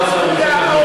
זה מה שאמרתי.